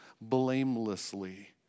blamelessly